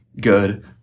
good